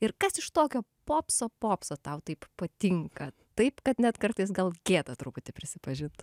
ir kas iš tokio popso popso tau taip patinka taip kad net kartais gal gėda truputį prisipažint